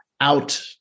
out